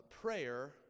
prayer